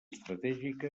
estratègica